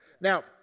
now